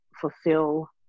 fulfill